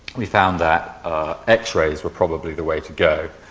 we found that x-rays were probably the way to go.